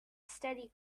steady